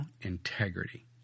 integrity